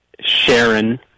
Sharon